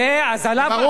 ברור.